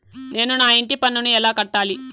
నేను నా ఇంటి పన్నును ఎలా కట్టాలి?